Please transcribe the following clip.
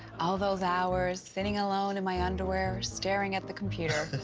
all those hours sitting alone in my underwear, staring at the computer.